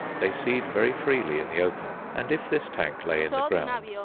they seed very freely in the open and if this tank lay in the ground,